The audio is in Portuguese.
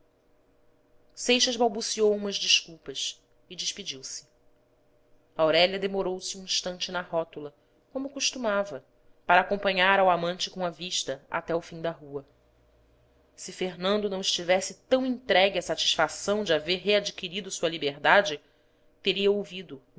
seixas balbuciou umas desculpas e despediu-se aurélia demorou-se um instante na rótula como costumava para acompanhar ao amante com a vista até o fim da rua se fernando não estivesse tão entregue à satisfação de haver readquirido sua liberdade teria ouvido